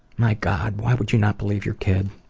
my god, why would you not believe your kid,